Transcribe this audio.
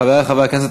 חברי חברי הכנסת,